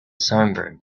songbird